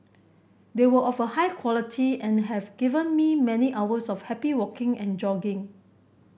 they were of a high quality and have given me many hours of happy walking and jogging